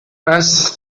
best